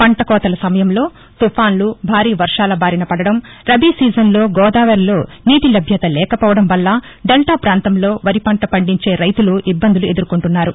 పంట కోతల సమయంలో తుపానులు భారీ వర్వాల బారిన పడడం రబీ సీజన్లో గోదావరిలో నీటి లభ్యత లేకపోవడం వల్ల డెల్టా ప్రాంతంలో వరి పంట పండించే రైతులు ఇబ్బందులు ఎదుర్కొంటున్నారు